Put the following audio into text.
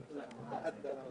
הישיבה ננעלה בשעה 11:00.